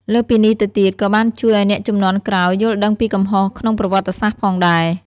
លើសពីនេះទៅទៀតក៏បានជួយឲ្យអ្នកជំនាន់ក្រោយយល់ដឹងពីកំហុសក្នុងប្រវត្តិសាស្ត្រផងដែរ។